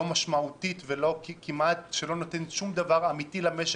משמעותית וכמעט שלא נותנת שום דבר אמיתי למשק,